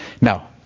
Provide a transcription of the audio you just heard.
Now